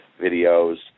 videos